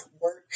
work